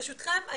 ברשותכם,